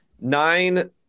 nine